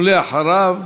ואחריו,